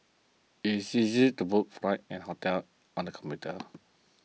it is easy to book flights and hotels on the computer